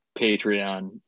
Patreon